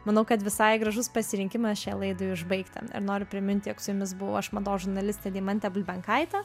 manau kad visai gražus pasirinkimas šiai laidai užbaigti ir noriu priminti jog su jumis buvau aš mados žurnalistė deimantė bulbenkaitė